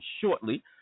shortly